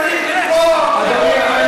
זה חוק שצריך לקרוע אותו,